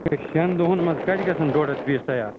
شٮ۪ن دۄہَن منٛز کَتہِ گژھَن ڈۄڈ ہَتھ پیٖس تیار